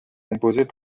composées